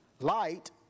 light